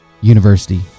university